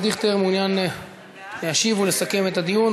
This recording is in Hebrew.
דיכטר מעוניין להשיב או לסכם את הדיון,